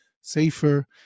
safer